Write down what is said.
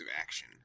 action